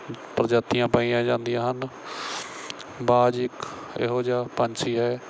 ਪ੍ਰਜਾਤੀਆਂ ਪਾਈਆਂ ਜਾਂਦੀਆਂ ਹਨ ਬਾਜ ਇੱਕ ਇਹੋ ਜਿਹਾ ਪੰਛੀ ਹੈ